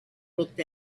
looked